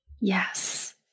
Yes